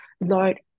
Lord